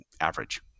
average